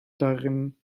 darin